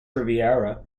riviera